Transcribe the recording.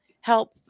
help